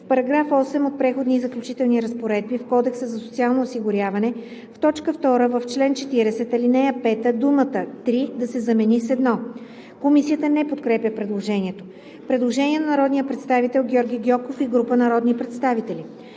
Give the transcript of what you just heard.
В § 8 от Преходни и заключителни разпоредби, в Кодекса за социално осигуряване, в т. 2, в чл. 40, ал. 5: „думата „три“ да се замени с „едно“.“ Комисията не подкрепя предложението. Предложение на народния представител Георги Гьоков и група народни представители: